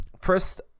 first